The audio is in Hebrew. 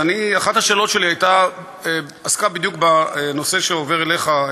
אז אחת השאלות שלי עסקה בדיוק בנושא שעובר אליך,